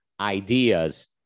ideas